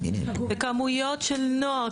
כמויות של נוער.